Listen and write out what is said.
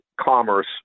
commerce